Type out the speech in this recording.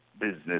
business